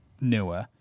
newer